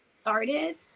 started